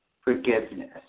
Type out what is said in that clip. forgiveness